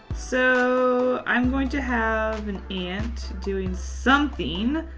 so. i'm going to have an ant doing something.